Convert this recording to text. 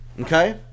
Okay